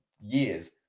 years